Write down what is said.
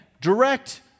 Direct